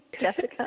Jessica